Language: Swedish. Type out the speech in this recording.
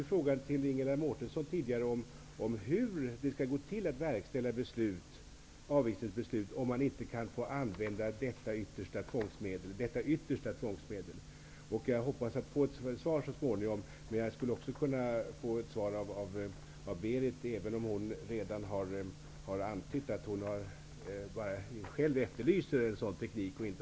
Jag frågade Ingela Mårtensson tidigare hur det skall gå till att verkställa avvisningsbeslut om nämnda yttersta tvångsmedel inte får användas. Jag hoppas att jag så småningom får ett svar. Jag skulle kanske också kunna få ett svar från Berith Eriksson, även om hon redan har antytt att hon själv efterlyser en sådan teknik.